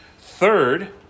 Third